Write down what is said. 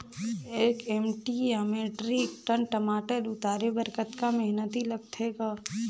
एक एम.टी या metric tonne टमाटर उतारे बर कतका मेहनती लगथे ग?